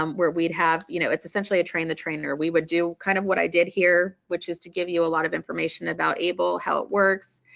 um where we'd have, you know. it's essentially a train-the-trainer. we would do kind of what i did here, which is essentially to give you a lot of information about able how it works,